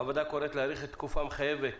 הוועדה קוראת להאריך את התקופה המחייבת